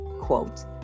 quote